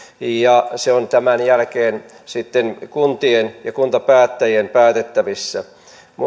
ja se on tämän jälkeen kuntien ja kuntapäättäjien päätettävissä